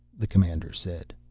the commander said.